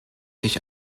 sich